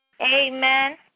Amen